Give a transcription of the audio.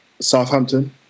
Southampton